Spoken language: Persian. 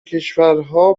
کشورها